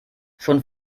schon